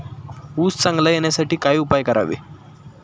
ऊस चांगला येण्यासाठी काय उपाय करावे?